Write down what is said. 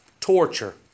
torture